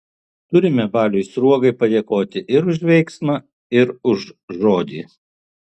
turime baliui sruogai padėkoti ir už veiksmą ir už žodį